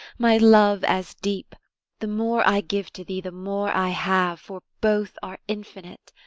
my love as deep the more i give to thee, the more i have, for both are infinite.